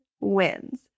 wins